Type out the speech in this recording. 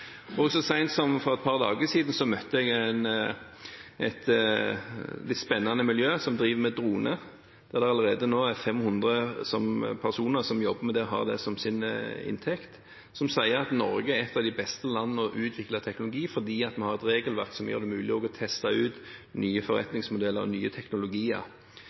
Så sent som for et par dager siden møtte jeg et spennende miljø som driver med droner, der det allerede nå er 500 personer som jobber med det og har det som inntekt, som sier at Norge er et av de beste landene å utvikle teknologi i, fordi vi har et regelverk som gjør det mulig å teste ut nye forretningsmodeller og nye teknologier.